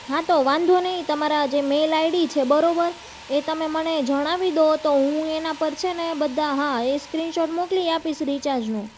હા તો વાંધો નહીં તમારા જે મેલ આઈડી છે બરાબર એ તમે મને જણાવી દો તો હું એના પર છે ને બધા હા એ સ્ક્રીન શૉટ મોકલી આપીશ રિચાર્જનું